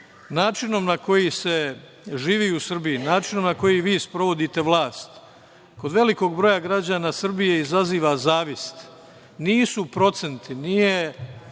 žive. Način na koji se živi u Srbiji, način na koji vi sprovodite vlast kod velikog broja građana izaziva zavist. Nisu procenti…Ko je,